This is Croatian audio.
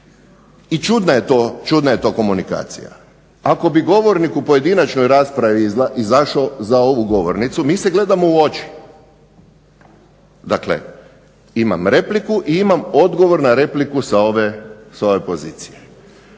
i čudna je to komunikacija, ako bi govornik u pojedinačnoj raspravi izašao za ovu govornicu, mi se gledamo u oči, dakle imam repliku i imam odgovor na repliku sa ove, s ove pozicije.